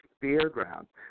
Fairgrounds